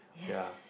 ya